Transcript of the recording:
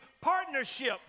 partnership